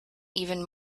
even